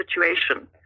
situation